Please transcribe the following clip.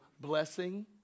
blessing